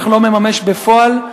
אך לא מממש בפועל,